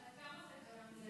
זה